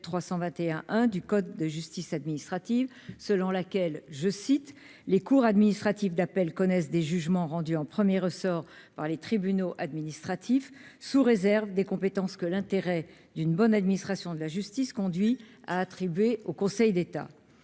321 1 du code de justice administrative selon laquelle je cite les cours administratives d'appel connaissent des jugements rendus en premier ressort par les tribunaux administratifs, sous réserve des compétences que l'intérêt d'une bonne administration de la justice conduit à attribuer au Conseil d'État,